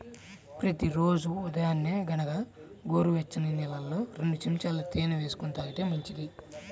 ప్రతి రోజూ ఉదయాన్నే గనక గోరువెచ్చని నీళ్ళల్లో రెండు చెంచాల తేనె వేసుకొని తాగితే మంచిది